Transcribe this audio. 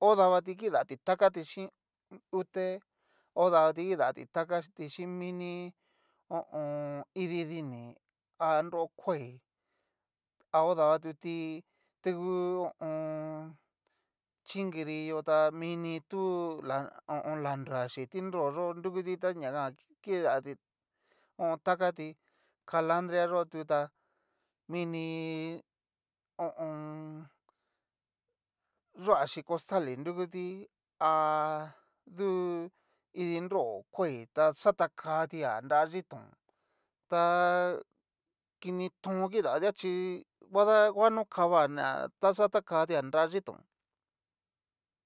ho davati kidati takati xin ute, odati kidati takati xin mini ho o on. ididiní, a nro kuai a o davatuti tangu ho o on. chinkirillo ta mini tú la ho o on. lanrua xí ti nroyo nrukuti ta ña jan kidati takati, kalandria yó tu tá, mini ho o on. yua xi costali nrukuti a du idinro kuai ta xatakatia nra yitón ta kini tón kidatia chí nguada va no kava ná taxatakatia nra yiton.